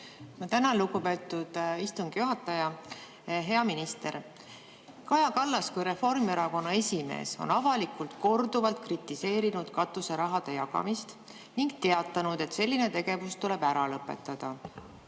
Ma tänan, lugupeetud istungi juhataja! Hea minister! Kaja Kallas kui Reformierakonna esimees on avalikult korduvalt kritiseerinud katuserahade jagamist ning teatanud, et selline tegevus tuleb ära lõpetada.